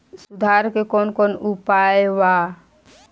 सुधार के कौन कौन उपाय वा?